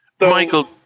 Michael